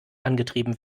angetrieben